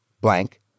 blank